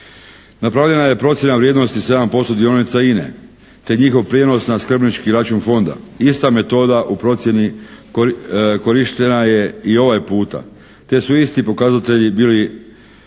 Napravljena je procjena vrijednosti 7% dionica INA-e te njihov prijenos na skrbnički račun fonda. Ista metoda u procjeni korištena je i ovaj puta te su isti pokazatelji bili nedostupni